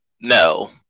No